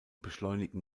beschleunigen